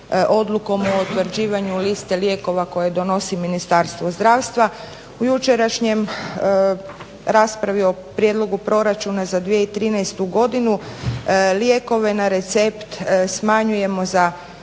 odlukom o utvrđivanju liste lijekova koje donosi Ministarstvo zdravstva. U jučerašnjoj raspravi o Prijedlogu proračuna za 2013. godinu lijekove na recept smanjujemo za